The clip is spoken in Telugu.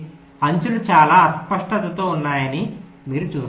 అంచులు చాలా అస్పష్టతతో ఉన్నాయని మీరు చూస్తారు